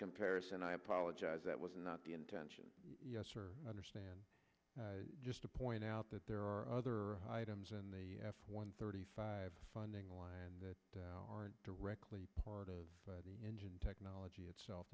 comparison i apologize that was not the intention understand just to point out that there are other items in the one thirty five funding line that aren't directly part of the engine technology itself